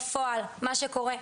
בפועל מה שקורה,